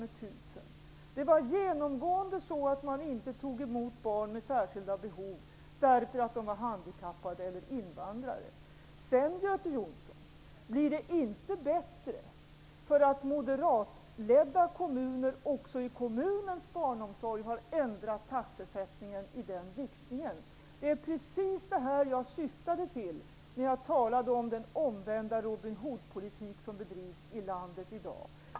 Man tog genomgående inte emot barn med särskilda behov på grund av handikapp eller ställning som invandrare. Det blir vidare, Göte Jonsson, inte bättre av att moderatledda kommuner också i sin barnomsorg har ändrat taxesättningen i denna riktning. Det var precis detta som jag syftade på när jag talade om den omvända Robin Hood-politik som i dag bedrivs i vårt land.